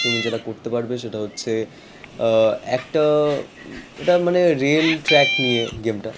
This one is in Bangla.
তুমি যেটা করতে পারবে সেটা হচ্ছে একটা এটা মানে রেল ট্র্যাক নিয়ে গেমটা